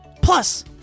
Plus